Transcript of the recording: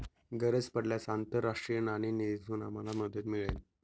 गरज पडल्यास आंतरराष्ट्रीय नाणेनिधीतून आम्हाला मदत मिळेल